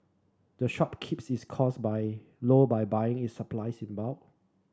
the shop keeps its costs by low by buying its supplies in bulk